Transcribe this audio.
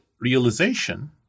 realization